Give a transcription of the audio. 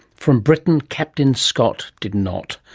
from britain captain scott did not.